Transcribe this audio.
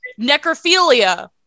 necrophilia